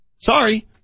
Sorry